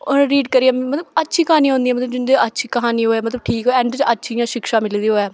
ओह् रीड करियै मतलब अच्छी क्हानी होंदिया मतलब जिंदे अच्छी क्हानी होऐ मतलब ठीक होऐ एंड च अच्छी इ'यां शिक्षा मिली दी होऐ